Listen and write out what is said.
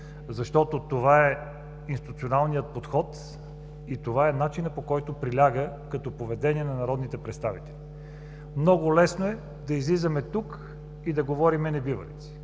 Защото това е институционалният подход и това е начинът, който приляга като поведение на народните представители. Много лесно е да излизаме тук и да говорим небивалици.